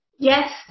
Yes